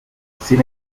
sin